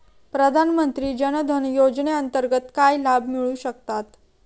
प्रधानमंत्री जनधन योजनेअंतर्गत काय लाभ मिळू शकतात?